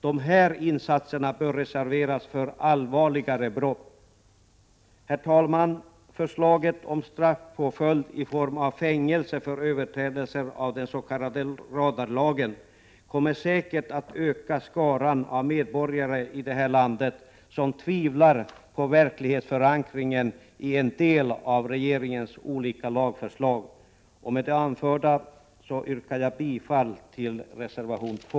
De åtgärderna bör reserveras för allvarligare brott. Herr talman! Förslaget om straffpåföljd i form av fängelse för överträdelse av dens.k. radarlagen kommer säkert att öka skaran av medborgare i det här landet som tvivlar på verklighetsförankringen i en del av regeringens olika lagförslag. Med det anförda yrkar jag bifall till reservation 2.